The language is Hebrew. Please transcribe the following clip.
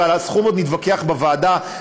ועל הסכום עוד נתווכח בוועדה,